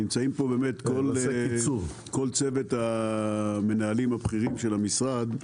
נמצאים פה כל צוות המנהלים הבכירים של המשרד,